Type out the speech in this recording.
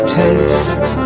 taste